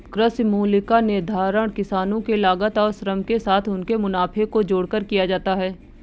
कृषि मूल्य का निर्धारण किसानों के लागत और श्रम के साथ उनके मुनाफे को जोड़कर किया जाता है